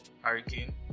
Hurricane